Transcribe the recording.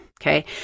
okay